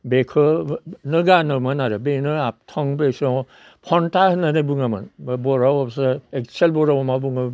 बेखौनो गानोमोन आरो बेनो आबथं बे समाव फनथा होननानै बुङोमोन बे बर'आ अबयसे एकचुवेल बर'आव मा बुङो